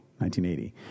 1980